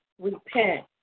repent